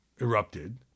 erupted